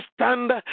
stand